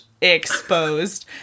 exposed